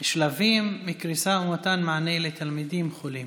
שלבים מקריסה ומתן מענה לתלמידים חולים.